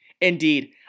Indeed